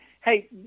hey